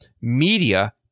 media